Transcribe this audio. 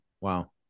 Wow